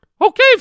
Okay